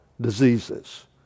diseases